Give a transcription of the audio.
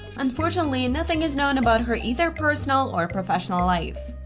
unfortunately, and nothing is known about her either personal or professional life.